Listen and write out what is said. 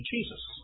Jesus